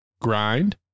Grind